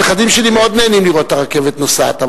הנכדים שלי מאוד נהנים לראות את הרכבת נוסעת,